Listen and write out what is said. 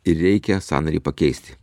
ir reikia sąnarį pakeisti